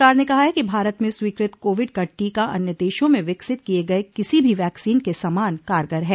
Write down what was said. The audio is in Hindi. सरकार ने कहा है कि भारत में स्वीकृत कोविड का टीका अन्य देशों मे विकसित किये गए किसी भी वैक्सीन के समान कारगर है